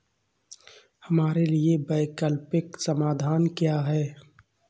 हमारे लिए वैकल्पिक समाधान क्या है?